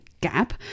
gap